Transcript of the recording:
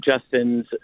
Justin's